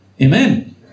Amen